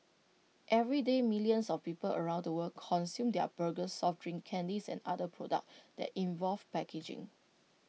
everyday millions of people around the world consume their burgers soft drinks candies and other products that involve packaging